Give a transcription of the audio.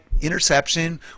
interception